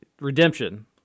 Redemption